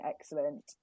excellent